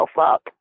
up